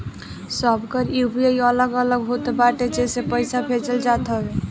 सबकर यू.पी.आई अलग अलग होत बाटे जेसे पईसा भेजल जात हवे